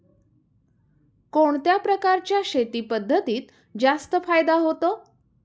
कोणत्या प्रकारच्या शेती पद्धतीत जास्त फायदा होतो?